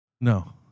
No